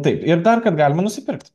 taip ir dar kad galima nusipirkt